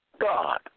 God